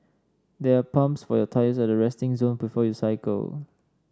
there are pumps for your tyres at the resting zone before you cycle